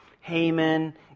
Haman